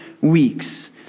weeks